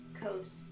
coast